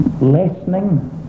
lessening